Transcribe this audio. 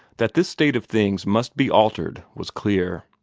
that this state of things must be altered was clear.